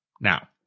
Now